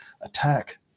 attack